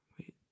wait